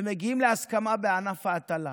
ומגיעים להסכמה בענף ההטלה,